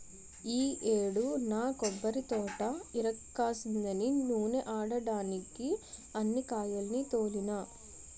ఈ యేడు నా కొబ్బరితోట ఇరక్కాసిందని నూనే ఆడడ్డానికే అన్ని కాయాల్ని తోలినా